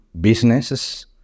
businesses